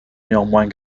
néanmoins